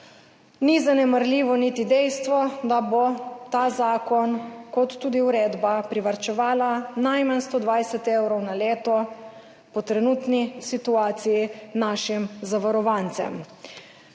Zanemarljivo ni niti dejstvo, da bosta ta zakon in tudi uredba privarčevala najmanj 120 evrov na leto, po trenutni situaciji, našim zavarovancem.